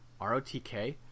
ROTK